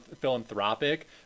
philanthropic